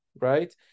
right